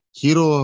hero